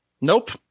Nope